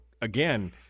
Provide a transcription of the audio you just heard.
again